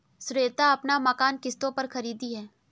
श्वेता अपना मकान किश्तों पर खरीदी है